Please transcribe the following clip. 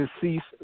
deceased